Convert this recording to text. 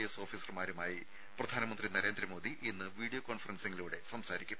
S ഓഫീസർമാരുമായി പ്രധാനമന്ത്രി നരേന്ദ്രമോദി ഇന്ന് വീഡിയോ കോൺഫറൻസിംഗിലൂടെ സംസാരിക്കും